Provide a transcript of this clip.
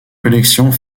collections